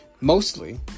mostly